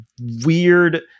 weird